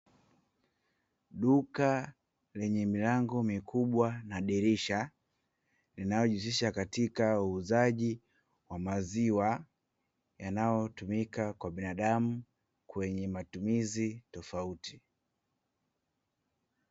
Duka lenye milango mikubwa na dirisha, linalojihusisha katika uuzaji wa maziwa yanayotumika kwa binadamu wenye matumizi tofauti.